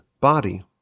body